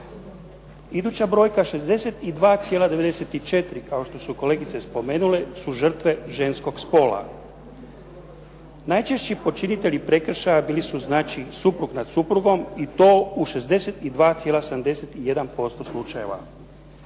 Iduća brojka 62,94 kao što su kolegice spomenule su žrtve ženskog spola. Najčešći počinitelji prekršaja bili su suprug nad suprugom i to u 62,71% slučajeva.